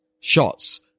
shots